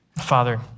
Father